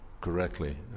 correctly